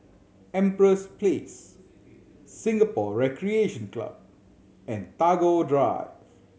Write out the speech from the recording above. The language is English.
Empress Place Singapore Recreation Club and Tagore Drive